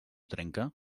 trenca